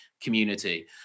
community